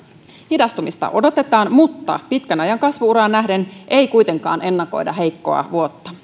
hidastumista odotetaan mutta pitkän ajan kasvu uraan nähden ei kuitenkaan ennakoida heikkoa vuotta